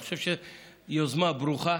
אני חושב שזו יוזמה ברוכה